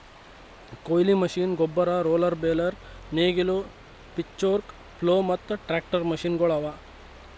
ಕೊಯ್ಲಿ ಮಷೀನ್, ಗೊಬ್ಬರ, roller, baler, ನೇಗಿಲು, ಪಿಚ್ಫೋರ್ಕ್, ಪ್ಲೊ ಮತ್ತ ಟ್ರಾಕ್ಟರ್ ಮಷೀನಗೊಳ್ ಅವಾ